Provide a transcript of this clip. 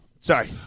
Sorry